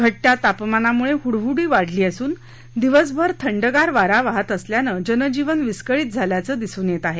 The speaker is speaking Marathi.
घ िया तापमानामुळे हुडहुडी वाढली असून दिवसभर थंडगार वारा वाहत असल्याने जनजीवन विस्कळीत झाल्याचे दिसून येत आहे